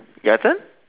your turn